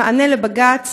במענה לבג"ץ,